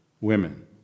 women